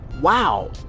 wow